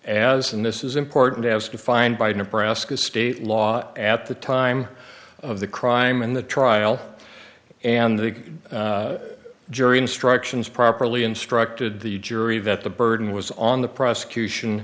as in this is important as defined by nebraska state law at the time of the crime in the trial and the jury instructions properly instructed the jury that the burden was on the prosecution